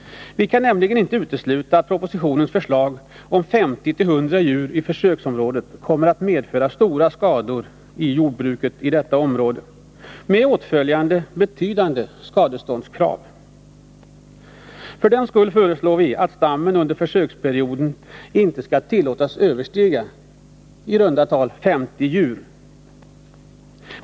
Vi kan nämligen inte utesluta att propositionens förslag om 50-100 djur i försöksverksamheten kommer att medföra stora skador i jordbruket i detta område med åtföljande betydande skadeståndskrav. För den skull föreslår vi att stammen under försöksperioden inte skall tillåtas överstiga i runt tal 50 djur.